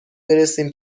برسیم